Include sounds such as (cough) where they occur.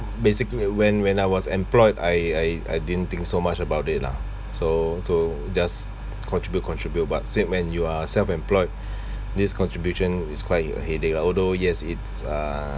basically when when I was employed I I I didn't think so much about it lah so so just contribute contribute but said when you are self employed (breath) this contribution is quite a headache lah although yes it's uh